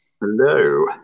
Hello